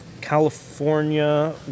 California